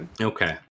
Okay